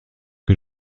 que